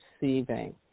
receiving